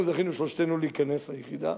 אנחנו זכינו שלושתנו להיכנס ליחידה.